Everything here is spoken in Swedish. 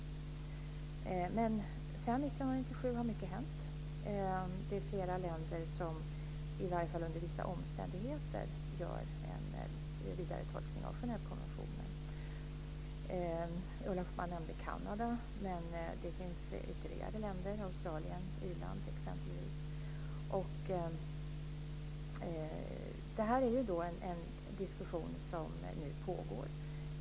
Men sedan 1997 har mycket hänt, och det är nu flera länder som i varje fall under vissa omständigheter gör en vidare tolkning av Genèvekonventionen. Ulla Hoffmann nämnde Kanada, men det finns ytterligare länder, exempelvis Australien och Irland. Det här är en diskussion som nu pågår.